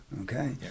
Okay